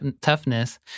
toughness